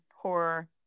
horror